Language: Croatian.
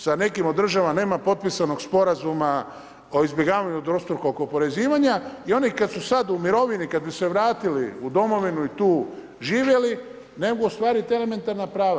Sa nekim od država nema potpisanog sporazuma o izbjegavanju dvostrukog oporezivanja i oni kad su sad u mirovini, kad bi se vratili u domovinu i tu živjeli, ne mogu ostvariti elementarna prava.